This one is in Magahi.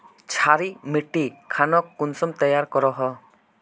क्षारी मिट्टी खानोक कुंसम तैयार करोहो?